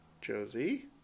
Josie